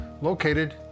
located